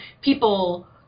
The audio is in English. people